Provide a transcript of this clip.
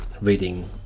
reading